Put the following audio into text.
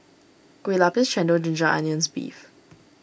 Kueh Lapis Chendol Ginger Onions Beef